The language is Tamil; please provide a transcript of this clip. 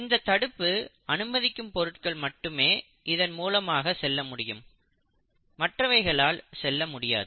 இந்த தடுப்பு அனுமதிக்கும் பொருட்கள் மட்டுமே இதன் மூலமாக செல்ல முடியும் மற்றவைகளால் செல்ல முடியாது